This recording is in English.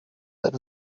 that